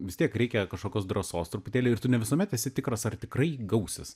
vis tiek reikia kažkokios drąsos truputėlį ir tu ne visuomet esi tikras ar tikrai gausis